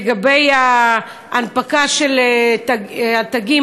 לגבי ההנפקה של התגים,